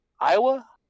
Iowa